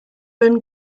room